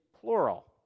plural